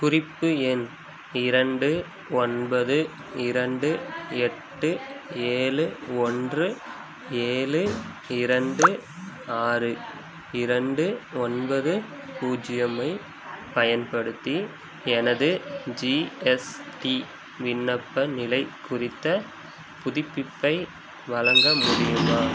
குறிப்பு எண் இரண்டு ஒன்பது இரண்டு எட்டு ஏழு ஒன்று ஏழு இரண்டு ஆறு இரண்டு ஒன்பது பூஜ்யம் ஐப் பயன்படுத்தி எனது ஜிஎஸ்டி விண்ணப்ப நிலை குறித்த புதுப்பிப்பை வழங்க முடியுமா